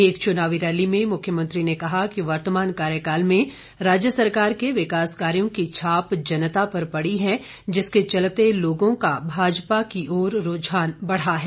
एक चुनावी रैली में मुख्यमंत्री ने कहा कि वर्तमान कार्यकाल में राज्य सरकार के विकास कार्यो की छाप जनता पर पड़ी है जिसके चलते लोगों का भाजपा की ओर रूझान बढ़ा है